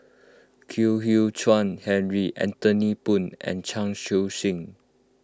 Kwek Hian Chuan Henry Anthony Poon and Chan Chun Sing